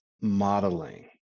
modeling